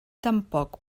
tampoc